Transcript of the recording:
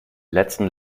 letzten